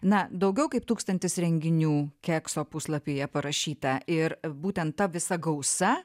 na daugiau kaip tūkstantis renginių kekso puslapyje parašyta ir būtent ta visa gausa